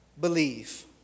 believe